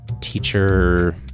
teacher